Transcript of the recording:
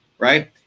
Right